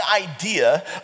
idea